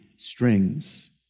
Strings